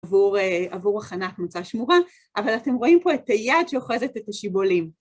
עבור הכנת מצה שמורה, אבל אתם רואים פה את היד שאוחזת את השיבולים.